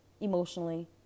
emotionally